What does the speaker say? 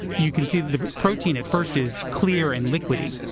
you can see that the protein at first is clear and liquidy.